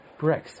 Brexit